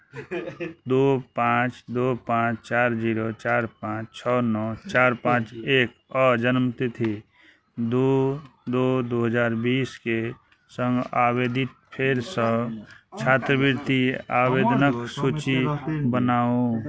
दू पाँच दू पाँच चारि जीरो चारि पाँच छओ नओ चारि पाँच एक आ जन्मतिथि दू दू दू हजार बीसके सङ्ग आवेदित फेरसँ छात्रवृति आवेदनक सूची बनाउ